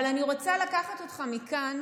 אבל אני רוצה לקחת אותך מכאן